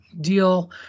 deal